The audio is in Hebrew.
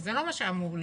זה לא מה שאמור להיות.